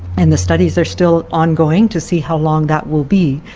and the studies are still ongoing to see how long that will be.